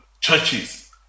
churches